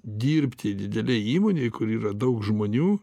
dirbti didelėj įmonėj kur yra daug žmonių